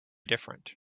different